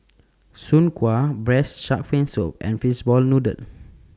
Soon Kway Braised Shark Fin Soup and Fishball Noodle